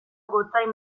gotzain